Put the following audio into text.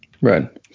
Right